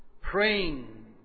Praying